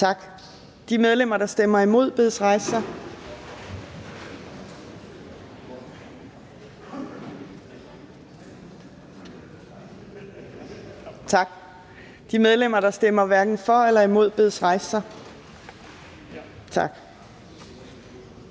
Tak. De medlemmer, der stemmer imod, bedes rejse sig. Tak. De medlemmer, der stemmer hverken for eller imod, bedes rejse sig. Tak.